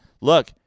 look